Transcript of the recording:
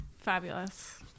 Fabulous